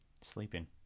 Sleeping